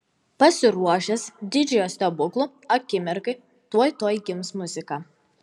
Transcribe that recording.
pasiruošęs didžiojo stebuklo akimirkai tuoj tuoj gims muzika